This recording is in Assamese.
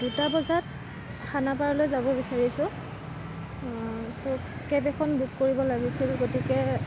দুটা বজাত খানাপাৰালৈ যাব বিচাৰিছোঁ চ' কেব এখন বুক কৰিব লাগিছিল গতিকে